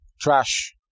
trash